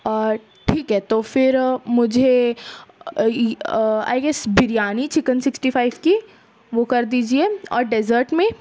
ٹھیک ہے تو پھر مجھے I guess biryani chicken sixty five کی وہ کر دیجیے اور ڈیزرٹ میں